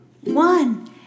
one